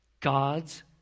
God's